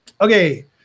Okay